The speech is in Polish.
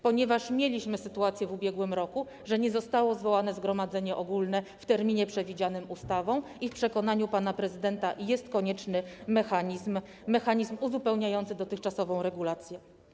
Ponieważ mieliśmy w ubiegłym roku sytuację, że nie zostało zwołane zgromadzenie ogólne w terminie przewidzianym ustawą, i w przekonaniu pana prezydenta jest konieczny mechanizm uzupełniający dotychczasową regulację.